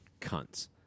cunts